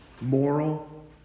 Moral